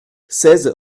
seize